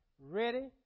ready